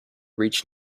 reached